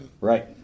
Right